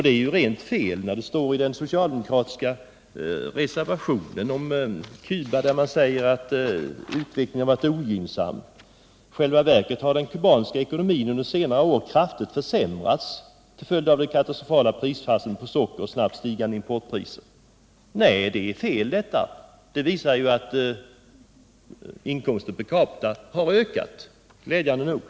Det är rent felaktigt som det står i den socialdemokratiska reservationen om Cuba att utvecklingen varit ogynnsam och att den kubanska ekonomin under senare år i själva verket kraftigt försämrats till följd av det katastrofala prisfallet på socker samt stigande exportpriser. Jag har ju nyss påvisat att inkomsten per capita i Cuba har ökat, glädjande nog.